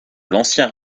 l’ancien